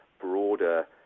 broader